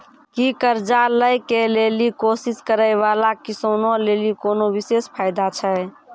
कि कर्जा लै के लेली कोशिश करै बाला किसानो लेली कोनो विशेष फायदा छै?